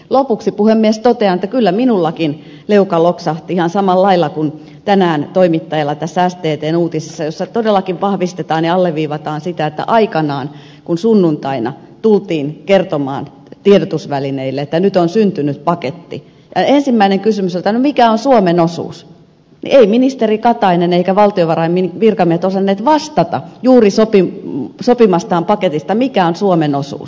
lopuksi puhemies totean että kyllä minullakin leuka loksahti ihan samalla lailla kuin tänään toimittajalla sttn uutisessa jossa todellakin vahvistetaan ja alleviivataan sitä että aikanaan kun sunnuntaina tultiin kertomaan tiedotusvälineille että nyt on syntynyt paketti ja ensimmäinen kysymys oli mikä on suomen osuus ei ministeri katainen eivätkä valtiovarainministeriön virkamiehet osanneet vastata juuri sopimastaan paketista mikä on suomen osuus